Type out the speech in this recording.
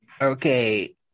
Okay